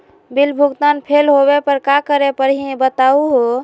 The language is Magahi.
बिल भुगतान फेल होवे पर का करै परही, बताहु हो?